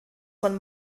von